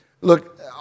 Look